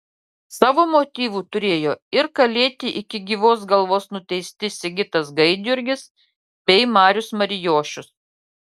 savo motyvų turėjo ir kalėti iki gyvos galvos nuteisti sigitas gaidjurgis bei marius marijošius